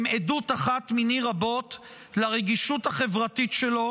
הם עדות אחת מיני רבות לרגישות החברתית שלו